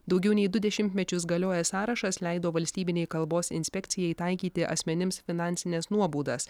daugiau nei du dešimtmečius galiojęs sąrašas leido valstybinei kalbos inspekcijai taikyti asmenims finansines nuobaudas